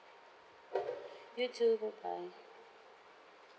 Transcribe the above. you too bye bye